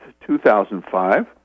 2005